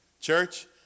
Church